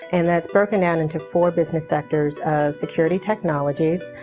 and that's broken down into four business sectors of security technologies,